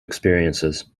experiences